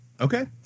Okay